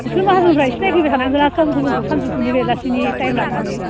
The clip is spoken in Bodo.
नोंसोर माहाजोनफ्रा एसे नायफैबाय थानांगौ ना सम सम जोंखौ सानजौफुनि बेलासिनि टाइम लानानै